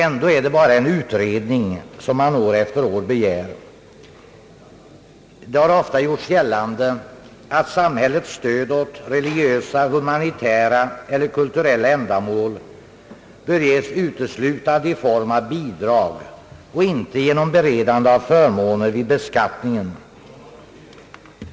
Ändå är det bara en utredning som år efter år begärs. Det har ofta gjorts gällande att samhällets stöd åt religiösa, humanitära eller kulturella ändamål uteslutande bör ges i form av bidrag och inte genom förmåner vid beskattningen.